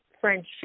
friendship